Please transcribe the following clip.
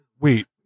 Wait